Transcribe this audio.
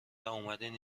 واومدین